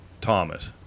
Thomas